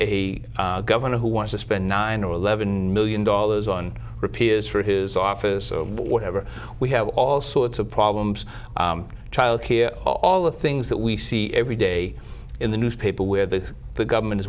a governor who wants spend nine eleven million dollars on repairs for his office or whatever we have all sorts of problems childcare all the things that we see every day in the newspaper with the government is